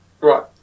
Right